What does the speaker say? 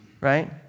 Right